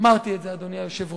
אמרתי את זה, אדוני היושב-ראש.